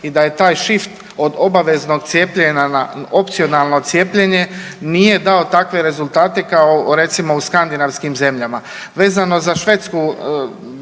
i da je taj šift od obaveznog cijepljenja na opcionalno cijepljenje nije dao takve rezultate kao recimo u skandinavskim zemljama.